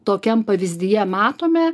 tokiam pavyzdyje matome